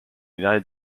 united